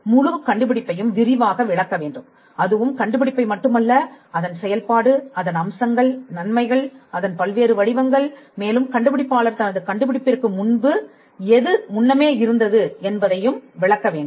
முழுக் கண்டுபிடிப்பையும் விரிவாக விளக்க வேண்டும் அதுவும் கண்டுபிடிப்பை மட்டுமல்ல அதன் செயல்பாடு அதன் அம்சங்கள் நன்மைகள் அதன் பல்வேறு வடிவங்கள் மேலும் கண்டுபிடிப்பாளர் தனது கண்டுபிடிப்பிற்கு முன்பு எது முன்னமே இருந்தது என்பதையும் விளக்க வேண்டும்